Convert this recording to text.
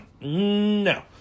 No